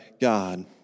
God